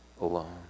alone